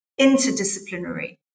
interdisciplinary